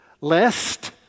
lest